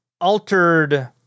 altered